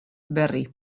berri